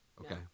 Okay